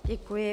Děkuji.